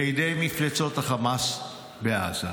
בידי מפלצות החמאס בעזה.